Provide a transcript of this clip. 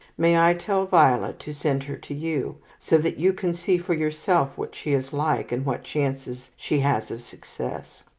may i tell violet to send her to you, so that you can see for yourself what she is like, and what chances she has of success?